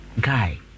guy